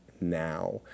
now